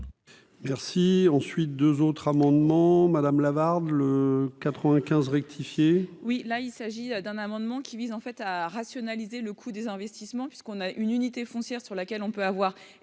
Merci ensuite 2 autres amendements madame Lavarde le 95 rectifié. Oui, là il s'agit d'un amendement qui vise en fait à rationaliser le coût des investissements puisqu'on a une unité foncière sur laquelle on peut avoir